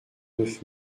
neuf